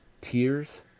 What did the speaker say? tears